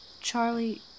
Charlie